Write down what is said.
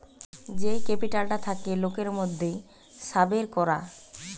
যেই ক্যাপিটালটা থাকে লোকের মধ্যে সাবের করা